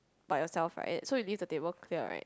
by yourself right so you leave the table clear right